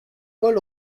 paul